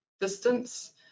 distance